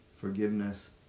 forgiveness